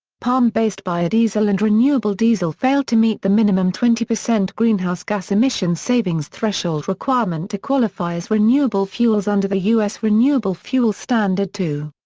palm-based biodiesel and renewable diesel failed to meet the minimum twenty percent greenhouse gas emissions savings threshold requirement to qualify as renewable fuels under the us renewable fuel standard two.